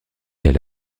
elle